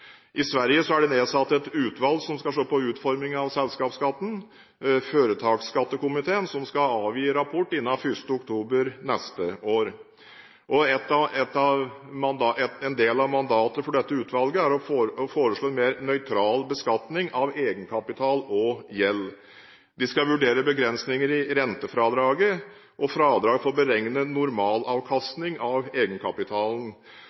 I Sverige er det nedsatt et utvalg, Företagsskattekommittén, som skal se på utformingen av selskapsskatten og avgi rapport innen 1. oktober neste år. En del av mandatet for dette utvalget er å foreslå en mer nøytral beskatning av egenkapital og gjeld. De skal vurdere begrensninger i rentefradraget og fradrag for å beregne